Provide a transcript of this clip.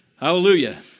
Hallelujah